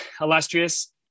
illustrious